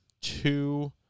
two